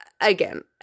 again